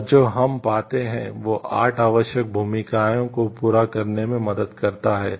और जो हम पाते हैं वह 8 आवश्यक भूमिकाओं को पूरा करने में मदद करता है